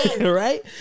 Right